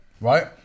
right